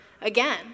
again